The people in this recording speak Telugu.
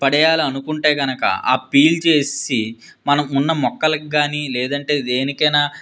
పడేయాలనుకుంటే కనుక ఆ పీల్ చేసేసి మనం ఉన్న మొక్కలకి కానీ లేదంటే దేనికైనా